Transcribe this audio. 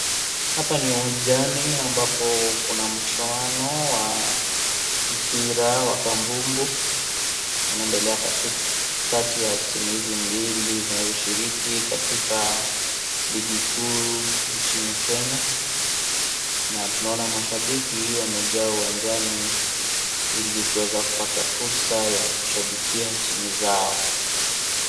Hapa ni uwanjani ambapo kuna mchuano wa mpira wa kambumbu unaendelea katikati ya timu hizi mbili zinazoshiriki katika ligi kuu nchini Kenya na tunaona mashabiki wamejaa uwanjani ili kuweza kupata fursa ya kushabikia timu zao.